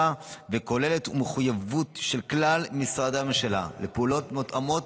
וכוללת מחויבות של כלל משרדי הממשלה לפעולות מותאמות